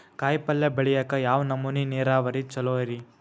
ಕಾಯಿಪಲ್ಯ ಬೆಳಿಯಾಕ ಯಾವ್ ನಮೂನಿ ನೇರಾವರಿ ಛಲೋ ರಿ?